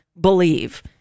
believe